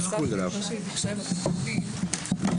הישיבה ננעלה בשעה 14:10.